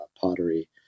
pottery